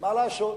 מה לעשות?